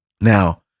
Now